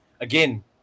again